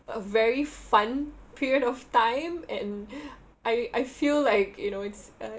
a very fun period of time and I I feel like you know it's uh